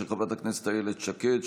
של חברת הכנסת איילת שקד,